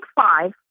five